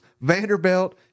Vanderbilt